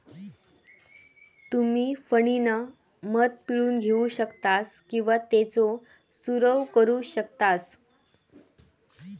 तुम्ही फणीनं मध पिळून घेऊ शकतास किंवा त्येचो चूरव करू शकतास